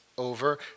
Over